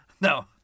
No